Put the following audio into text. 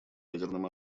ядерным